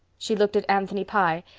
she looked at anthony pye,